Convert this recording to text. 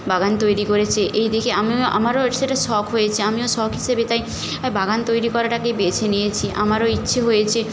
বাগান তৈরি করেছে এই দেখে আমিও আমারও সেটা শখ হয়েছে আমিও শখ হিসেবে তাই আই বাগান তৈরি করাটাকেই বেছে নিয়েছি আমারও ইচ্ছে হয়েছে